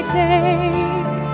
take